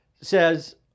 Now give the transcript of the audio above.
says